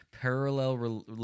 parallel